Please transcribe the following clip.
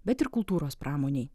bet ir kultūros pramonėje